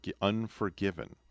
Unforgiven